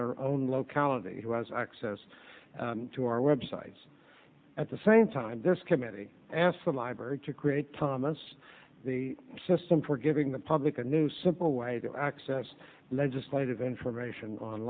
their own locality who has access to our web sites at the same time this committee asked the library to create thomas the system for giving the public a new simple way to access legislative information on